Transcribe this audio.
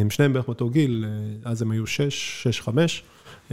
הם שניהם בערך באותו גיל, אז הם היו 6, 6-5,